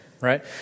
right